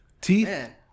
teeth